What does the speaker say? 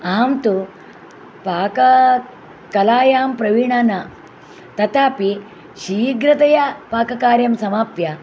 अहं तु पाककलायां प्रवीणा न तथापि शीघ्रतया पाककार्यं समाप्य